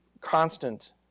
constant